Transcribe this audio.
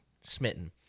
smitten